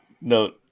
No